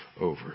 over